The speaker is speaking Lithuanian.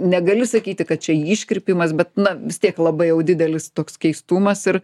negali sakyti kad čia iškrypimas bet na vis tiek labai jau didelis toks keistumas ir